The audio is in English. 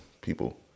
people